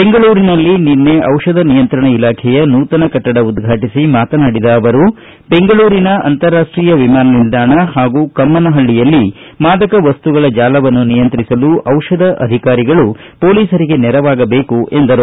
ಬೆಂಗಳೂರಿನಲ್ಲಿ ನಿನ್ನೆ ಚಿಷಧ ನಿಯಂತ್ರಣ ಇಲಾಖೆಯ ನೂತನ ಕಟ್ಟಡ ಉದ್ವಾಟಿಸಿ ಮಾತನಾಡಿದ ಅವರು ಬೆಂಗಳೂರಿನ ಅಂತಾರಾಷ್ಷೀಯ ವಿಮಾನ ನಿಲ್ದಾಣ ಹಾಗೂ ಕಮ್ಬನಹಳ್ಳಯಲ್ಲಿ ಮಾದಕ ವಸ್ತುಗಳ ಜಾಲವನ್ನು ನಿಯಂತ್ರಿಸಲು ಬಿಷಧ ಅಧಿಕಾರಿಗಳು ಪೋಲಿಸರಿಗೆ ನೆರವಾಗಬೇಕು ಎಂದರು